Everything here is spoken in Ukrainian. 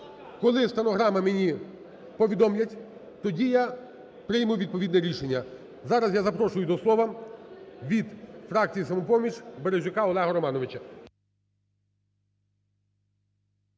Коли стенограму мені повідомлять, тоді я прийму відповідне рішення. Зараз я запрошую до слова від фракції "Самопоміч" Березюка Олега Романовича.